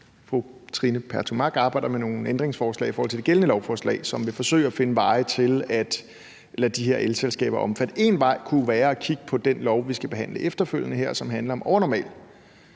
fru Trine Pertou Mach arbejder med nogle ændringsforslag i forhold til det gældende lovforslag, hvorved vi vil forsøge at finde veje til at lade de her elselskaber omfatte. En vej kunne være at kigge på den lov, vi skal behandle her efterfølgende, som handler om overnormal